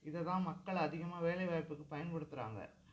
இதை தான் மக்கள் அதிகமாக வேலைவாய்ப்புக்கு பயன்படுத்துகிறாங்க